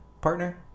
partner